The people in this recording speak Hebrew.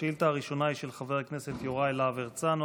השאילתה הראשונה היא של חבר הכנסת יוראי להב הרצנו